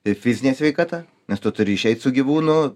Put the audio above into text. ir fizinė sveikata nes tu turi išeit su gyvūnu